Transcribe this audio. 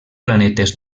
planetes